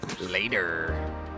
Later